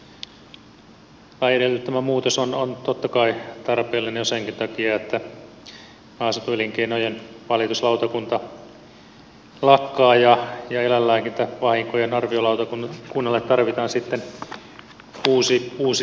tämä lain edellyttämä muutos on totta kai tarpeellinen jo senkin takia että maaseutuelinkeinojen valituslautakunta lakkaa ja eläinlääkintävahinkojen arviolautakunnalle tarvitaan sitten uusi koti